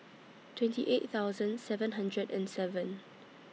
twenty eight thousand seven hundred and seven